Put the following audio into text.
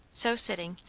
so sitting,